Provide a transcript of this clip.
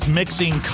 mixing